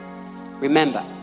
Remember